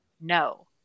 No